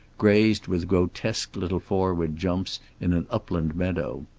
grazed with grotesque little forward jumps in an upland meadow.